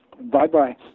Bye-bye